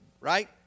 right